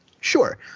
Sure